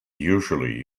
usually